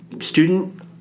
student